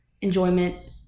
enjoyment